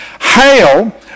Hail